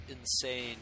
insane